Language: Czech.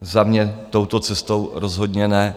Za mě touto cestou rozhodně ne.